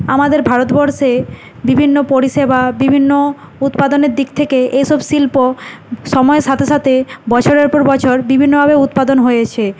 আমাদের ভারতবর্ষে বিভিন্ন পরিষেবা বিভিন্ন উৎপাদনের দিক থেকে এইসব শিল্প সময়ের সাথে সাথে বছরের পর বছর বিভিন্নভাবে উৎপাদন হয়েছে